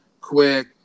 Quick